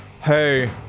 hey